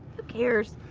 who cares.